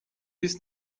bis